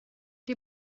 die